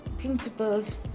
principles